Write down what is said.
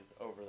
over